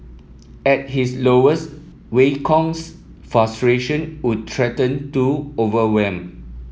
at his lowest Wei Kong's frustration would threaten to overwhelm